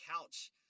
couch